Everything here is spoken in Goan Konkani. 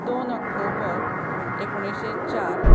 दोन ऑक्टोबर एकोणिश्शे चार